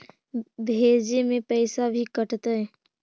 भेजे में पैसा भी कटतै?